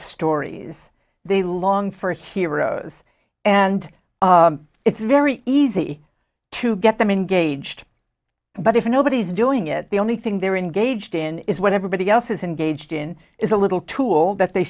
stories they long for heroes and it's very easy to get them engaged but if nobody's doing it the only thing they're engaged in is what everybody else is engaged in is a little tool that they